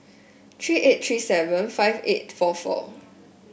three eight three seven five eight four four